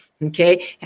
Okay